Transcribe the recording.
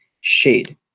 shade